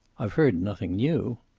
i've heard nothing new.